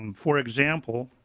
um for example